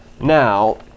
Now